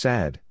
Sad